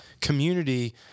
Community